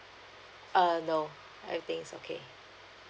err no everything is okay